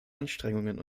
anstrengungen